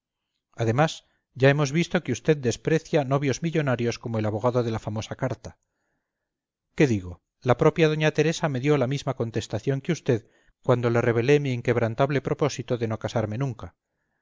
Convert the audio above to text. además ya hemos visto que usted desprecia novios millonarios como el abogado de la famosa carta qué digo la propia doña teresa me dio la misma contestación que usted cuando le revelé mi inquebrantable propósito de no casarme nunca